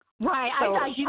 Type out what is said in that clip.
Right